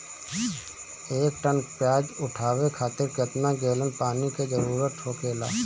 एक टन प्याज उठावे खातिर केतना गैलन पानी के जरूरत होखेला?